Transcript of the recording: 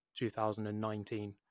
2019